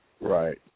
Right